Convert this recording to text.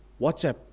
WhatsApp